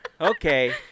okay